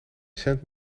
cent